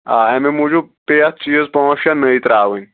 آ امے موٗجوٗب پیٚیہِ اتھ چیٖز پانٛژھ شیٚے نٔیۍ تراوٕنۍ